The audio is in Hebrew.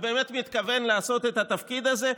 ובאמת מתכוונן לעשות את התפקיד הזה,